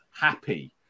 happy